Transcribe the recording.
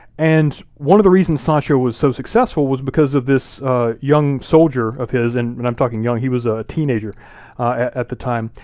and one of reasons sancho was so successful, was because of this young soldier of his, and and i'm talking young, he was a teenager at the time.